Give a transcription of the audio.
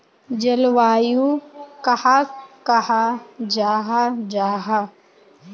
जलवायु कहाक कहाँ जाहा जाहा?